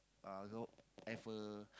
uh have a